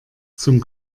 zum